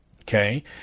okay